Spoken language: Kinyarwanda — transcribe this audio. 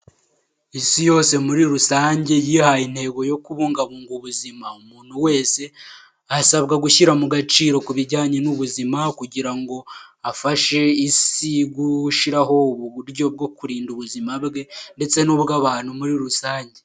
Isi yose muri rusange yihaye intego yo kubungabunga ubuzima, umuntu wese asabwa gushyira mu gaciro ku bijyanye n'ubuzima kugira ngo afashe isi gushyiraho ubu buryo bwo kurinda ubuzima bwe ndetse nubw'abantu muri rusange.